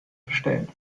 bestellen